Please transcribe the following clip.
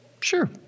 Sure